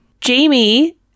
Jamie